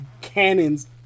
cannons